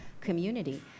Community